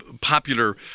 popular